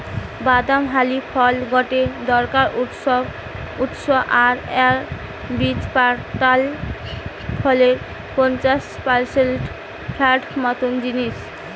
বাদাম হারি ফল গটে দরকারি উৎস আর এর বীজ পাতার ভরের পঞ্চাশ পারসেন্ট ফ্যাট মত জিনিস